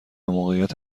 موقعیت